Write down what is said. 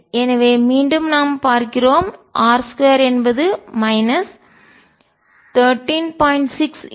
எனவே மீண்டும் நாம் பார்க்கிறோம் r2என்பது 13